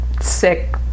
sick